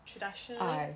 traditionally